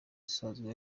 usanzwe